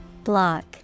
Block